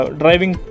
driving